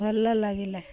ଭଲ ଲାଗିଲା